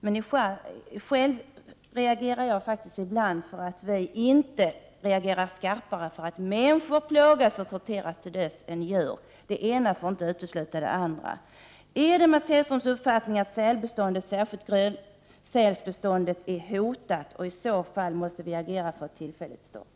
Men jag själv reagerar ibland över att vi inte visar en skarpare reaktion när människor i stället för djur plågas och torteras till döds. Det ena får inte utesluta det andra. Är det Mats Hellströms uppfattning att sälbeståndet, och då särskilt Grönlandssälbeståndet, är hotat? Om så är fallet måste vi agera för ett tillfälligt stopp.